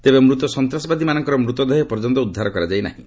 ତେବେ ମୃତ ସନ୍ତାସବାଦୀମାନଙ୍କର ମୃତଦେହ ଏପର୍ଯ୍ୟନ୍ତ ଉଦ୍ଧାର କରାଯାଇ ନାହିଁ